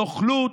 נוכלות,